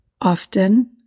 often